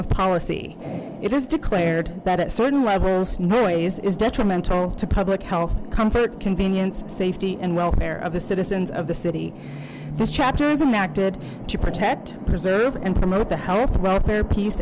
of policy it is declared that at certain levels noise is detrimental to public health comfort convenience safety and welfare of the citizens of the city this chapter is enacted to protect preserve and promote the health welfare peace